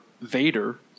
Vader